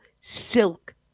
silk